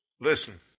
Listen